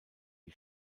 die